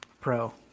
pro